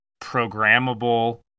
programmable